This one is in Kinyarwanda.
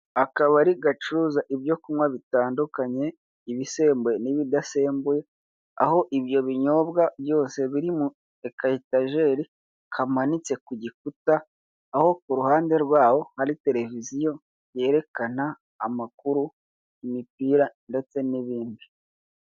Akabari gacuruza ibyo kunywa bitandukanye ibisembuye n' ibidasembuye aho ibyo binyobwa byose biri mu ka etageri kamanitse ku gikuta aho kuruhande rwaho hari tereviziyo yerekana amakuru, imipira ndetse n'ibindi.